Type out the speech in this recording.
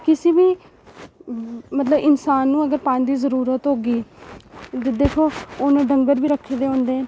किसी बी मतलब इनसान नूं अगर पानी दी जरूरत होगी ते दिक्खो 'उनें डंगर बी रक्खे दे होंदे न